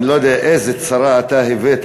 אני לא יודע איזו צרה אתה הבאת,